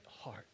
heart